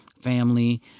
Family